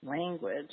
Language